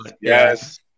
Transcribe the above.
Yes